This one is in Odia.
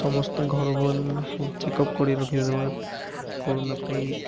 ସମସ୍ତ ଘର ସବୁ ଚେକ୍ଅପ୍ କରି ରଖିଦବା କୋରନା ପାଇଁ